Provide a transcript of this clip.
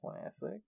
Classic